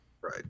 Right